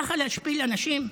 ככה להשפיל אנשים?